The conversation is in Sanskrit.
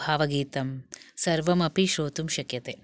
भावगीतं सर्वमपि श्रोतुं शक्यते